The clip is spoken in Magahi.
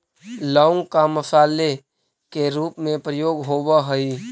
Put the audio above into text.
लौंग का मसाले के रूप में प्रयोग होवअ हई